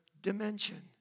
dimension